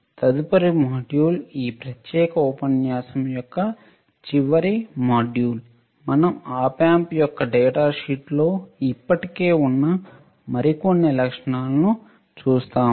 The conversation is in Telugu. తదుపరి మాడ్యూల్ ఈ ప్రత్యేక ఉపన్యాసం యొక్క చివరి మాడ్యూల్ మనం OP AMP యొక్క డేటా షీట్లో ఇప్పటికే ఉన్న మరికొన్ని లక్షణాలను చూస్తాము